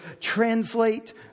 translate